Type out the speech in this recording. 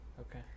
Okay